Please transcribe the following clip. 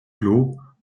clos